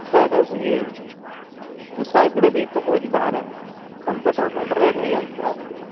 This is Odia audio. ଶହେ ଦଶ କି ମୁଁ ଶହେ କୋଡ଼ିଏ ଦେଇ ପକାଉଛି ବାହାରେ ତୁମେ ପେଟ୍ରୋଲ୍ ପମ୍ପ ରେଟ୍ ନେଇ ଯାଉଛ ଭରା ବୋଲି